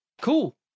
Cool